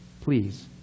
Please